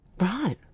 Right